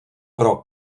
pro